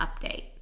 update